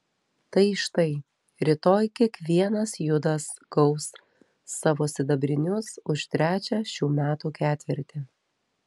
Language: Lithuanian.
tai štai rytoj kiekvienas judas gaus savo sidabrinius už trečią šių metų ketvirtį